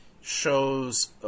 shows